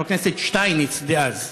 חבר הכנסת שטייניץ דאז?